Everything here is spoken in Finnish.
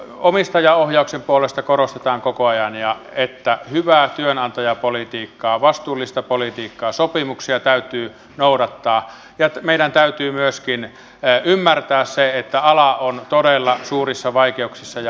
omistajaohjauksen puolesta korostetaan koko ajan että hyvää työnantajapolitiikkaa vastuullista politiikkaa sopimuksia täytyy noudattaa mutta meidän täytyy myöskin ymmärtää se että ala on todella suurissa vaikeuksissa ja haasteissa